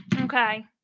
Okay